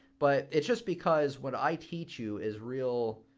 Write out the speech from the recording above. but it's just because what i teach you is real,